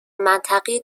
منطقه